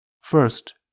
First